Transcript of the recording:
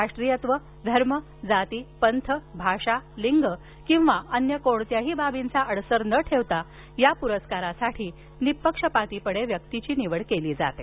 राष्ट्रीयत्व धर्म जाती पंथ भाषा लिंगकिंवा अन्य कोणत्याही बाबींचा अडसर न ठेवता या पुरस्कारासाठी व्यक्तींची निवड केली जाते